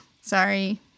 Sorry